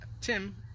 Tim